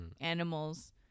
animals